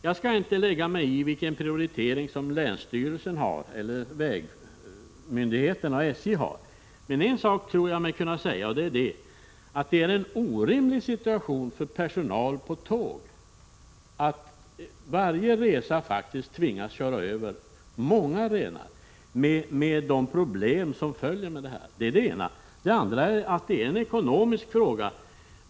Jag skall inte lägga mig i vilken prioritering länsstyrelsen, vägmyndigheterna eller SJ gör, men en sak tror jag mig kunna säga och det är att situationen för personalen på tågen är orimlig. Varje resa tvingas de faktiskt köra över många renar, vilket förorsakar problem. Det är det ena. Det andra är att det är en ekonomisk fråga.